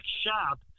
shop